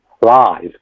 live